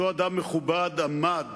אותו אדם מכובד עמד